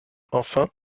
enfin